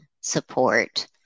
support